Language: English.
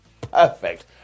Perfect